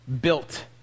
built